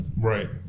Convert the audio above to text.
Right